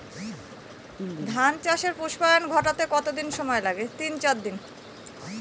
ধান চাষে পুস্পায়ন ঘটতে কতো দিন সময় লাগে?